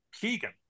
Keegan